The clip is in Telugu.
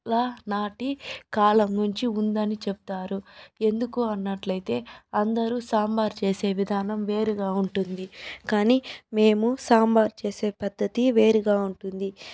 ల నాటి కాలం నుంచి ఉందని చెప్తారు ఎందుకు అన్నట్లయితే అందరూ సాంబార్ చేసే విధానం వేరుగా ఉంటుంది కానీ మేము సాంబార్ చేసే పద్ధతి వేరుగా ఉంటుంది